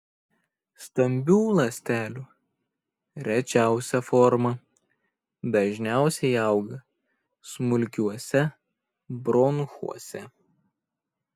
stambių ląstelių rečiausia forma dažniausiai auga smulkiuose bronchuose